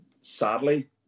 sadly